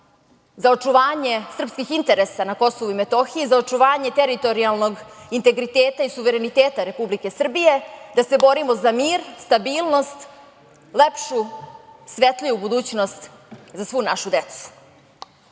za očuvanje srpskih interesa na KiM, za očuvanje teritorijalnog integriteta i suvereniteta Republike Srbije, da se borimo za mir, stabilnost, lepšu, svetliju budućnost za svu našu decu. Na